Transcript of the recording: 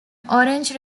orange